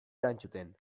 erantzuten